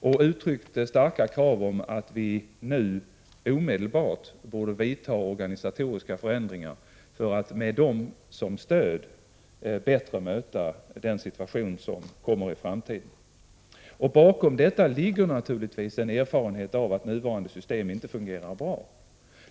Det uttrycktes starka krav på att vi omedelbart skulle vidta organisatoriska förändringar för att med dem som stöd bättre möta den situation som kommer i framtiden. Bakom detta ligger naturligtvis en erfarenhet av att nuvarande system inte fungerar bra.